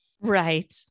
Right